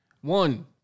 one